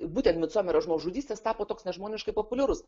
būtent micomerio žmogžudystės tapo toks nežmoniškai populiarus